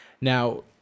Now